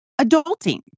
Adulting